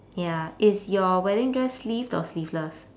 ya is your wedding dress sleeved or sleeveless